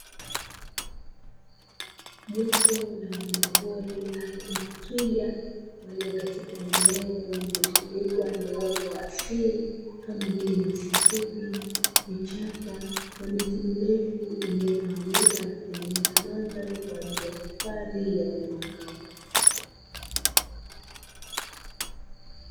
Jopo la wanyamapori aina ya twiga walio katika eneo lililozungukwa na uoto wa asili kama vile nyasi fupi, vichaka na miti mirefu iliyo tawanyika na kutengeneza mandhari kwa ajili ya hifadhi ya wanyama hao.